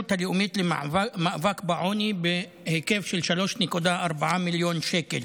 הלאומית למאבק בעוני בהיקף של 3.4 מיליון שקל.